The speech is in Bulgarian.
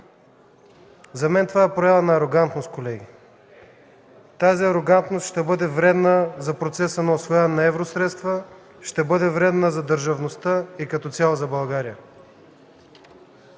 За мен това е проява на арогантност, колеги. Тази арогантност ще бъде вредна за процеса на усвояване на евросредства, ще бъде вредна за държавността и като цяло за България.